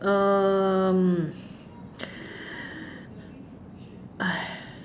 um